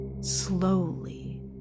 slowly